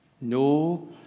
No